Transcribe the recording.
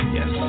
Yes